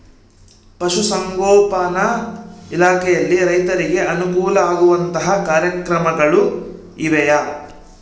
ಪಶುಸಂಗೋಪನಾ ಇಲಾಖೆಯಲ್ಲಿ ರೈತರಿಗೆ ಅನುಕೂಲ ಆಗುವಂತಹ ಕಾರ್ಯಕ್ರಮಗಳು ಇವೆಯಾ?